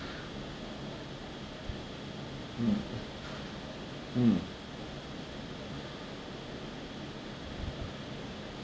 mm mm